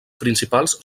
principals